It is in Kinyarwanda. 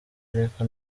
ariko